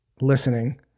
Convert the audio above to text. listening